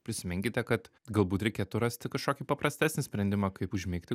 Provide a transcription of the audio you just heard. prisiminkite kad galbūt reikėtų rasti kažkokį paprastesnį sprendimą kaip užmigti